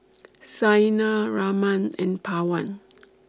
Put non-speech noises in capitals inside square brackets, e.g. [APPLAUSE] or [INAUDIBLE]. [NOISE] Saina Raman and Pawan [NOISE]